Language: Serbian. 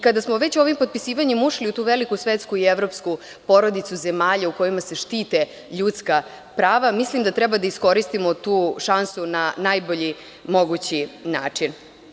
Kada smo već ovim potpisivanjem ušli u tu veliku svetsku i evropsku porodicu zemalja u kojima se štite ljudska prava, mislim da treba da iskoristimo tu šansu na najbolji mogući način.